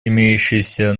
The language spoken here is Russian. имеющейся